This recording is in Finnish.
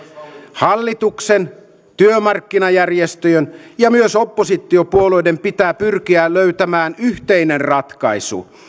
hallituksen työmarkkinajärjestöjen ja myös oppositiopuolueiden pitää pyrkiä löytämään yhteinen ratkaisu